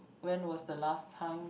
when was the last time